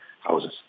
houses